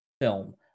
film